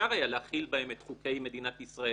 אפשר היה להחיל בהם את חוקי מדינת ישראל